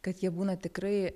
kad jie būna tikrai